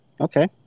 Okay